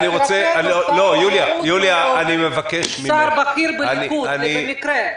שר התיירות הוא שר בכיר בליכוד, במקרה.